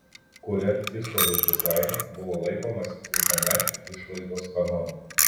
kuriant išorės dizainą buvo laikomasi ilgamečių išvaizdos kanonų